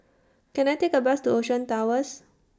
Can I Take A Bus to Ocean Towers